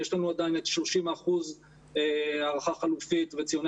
יש לנו עדיין את ה-30% הערכה חלופית וציוני